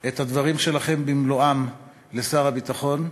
את הדברים שלכם במלואם לשר הביטחון,